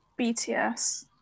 BTS